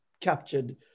captured